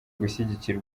gushyigikira